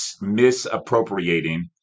misappropriating